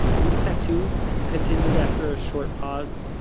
this tattoo, he continued after a short pause,